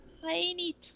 Tiny